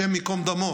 השם ייקום דמו,